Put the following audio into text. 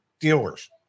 dealers